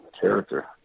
character